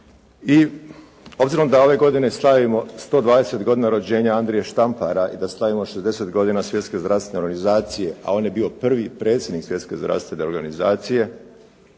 i obzirom da ove godine slavimo 120 godina rođenja Andrije Štampara i da slavimo 60 godina Svjetske zdravstvene organizacije a on je bio prvi predsjednik Svjetske zdravstvene organizacija,